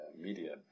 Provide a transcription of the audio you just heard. media